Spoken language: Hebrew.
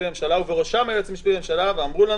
לממשלה ובראשם היועץ המשפטי לממשלה ואמרו: